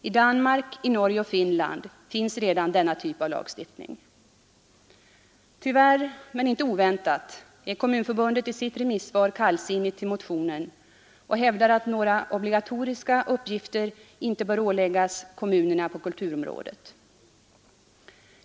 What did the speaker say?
I Danmark, Norge och Finland finns redan denna typ av lagstiftning. Tyvärr, men inte oväntat, är Kommunförbundet i sitt remissvar kallsinnigt till motionen och hävdar att några obligatoriska uppgifter inte bör åläggas kommunerna på kulturområdet.